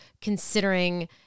considering